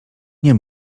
nie